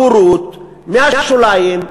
הבורות, מהשוליים,